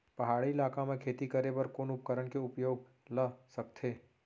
पहाड़ी इलाका म खेती करें बर कोन उपकरण के उपयोग ल सकथे?